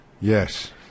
Yes